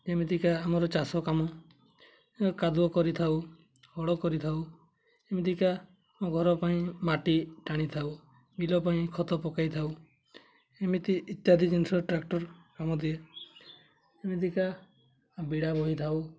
ଯେମିତିକା ଆମର ଚାଷ କାମ କାଦୁଅ କରିଥାଉ ହଳ କରିଥାଉ ଏମିତିକା ଆମ ଘର ପାଇଁ ମାଟି ଟାଣିଥାଉ ବିଲ ପାଇଁ ଖତ ପକାଇଥାଉ ଏମିତି ଇତ୍ୟାଦି ଜିନିଷ ଟ୍ରାକ୍ଟର କାମ ଦିଏ ଏମିତିକା ବିଡ଼ା ବୋହି ଥାଉ